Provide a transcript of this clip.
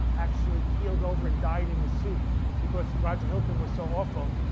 actually keeled over and died in his soup because roger hilton was so awful.